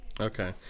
Okay